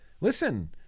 Listen